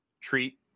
treat